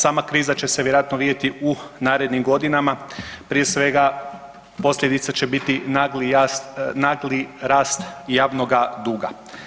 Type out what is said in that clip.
Sama kriza će se vjerojatno vidjeti u narednim godinama prije svega posljedice će biti nagli rast javnoga duga.